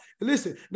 Listen